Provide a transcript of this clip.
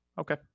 Okay